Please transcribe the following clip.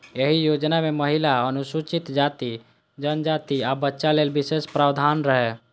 एहि योजना मे महिला, अनुसूचित जाति, जनजाति, आ बच्चा लेल विशेष प्रावधान रहै